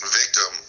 victim